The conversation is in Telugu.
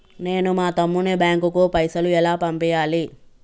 నేను మా తమ్ముని బ్యాంకుకు పైసలు ఎలా పంపియ్యాలి?